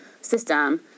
system